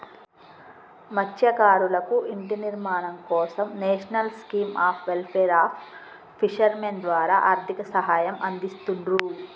మత్స్యకారులకు ఇంటి నిర్మాణం కోసం national scheme of welfare of fishermen ద్వారా ఆర్థిక సహాయం అందిస్తున్రు